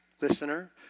listener